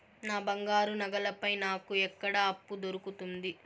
నా బంగారు నగల పైన నాకు ఎక్కడ అప్పు దొరుకుతుంది